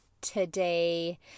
today